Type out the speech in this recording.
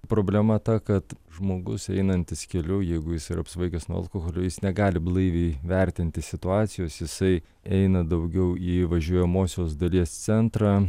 problema ta kad žmogus einantis keliu jeigu jis yra apsvaigęs nuo alkoholio jis negali blaiviai vertinti situacijos jisai eina daugiau į važiuojamosios dalies centrą